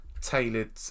tailored